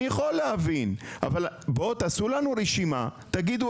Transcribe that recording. אני יכול להבין אבל תעשו לנו רשימה ותגידו